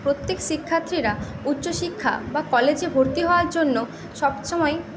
প্রত্যেক শিক্ষার্থীরা উচ্চশিক্ষা বা কলেজে ভর্তি হওয়ার জন্য সবসময়েই যেটা